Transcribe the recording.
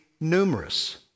numerous